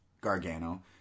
Gargano